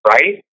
Right